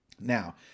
Now